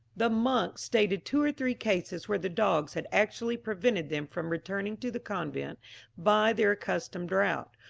the monks stated two or three cases where the dogs had actually prevented them from returning to the convent by their accustomed route,